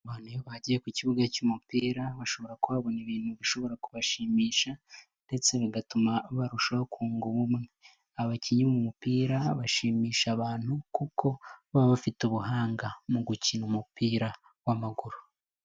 Abantu iyo bagiye ku kibuga cy'umupira bashobora kuhabona ibintu bishobora kubashimisha ndetse bigatuma barushaho kunga ubumwe, abakinnyi bo mu mupira bashimisha abantu kuko baba bafite ubuhanga mu gukina umupira w'amaguru.